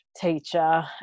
teacher